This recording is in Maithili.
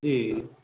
जी